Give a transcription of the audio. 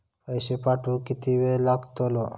पैशे पाठवुक किती वेळ लागतलो?